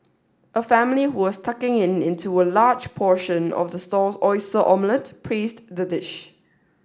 a family who was tucking in into a large portion of the stall's oyster omelette praised the dish